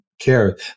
care